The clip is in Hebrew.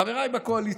חבריי בקואליציה,